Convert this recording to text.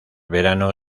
verano